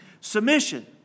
Submission